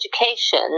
education